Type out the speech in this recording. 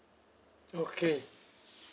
okay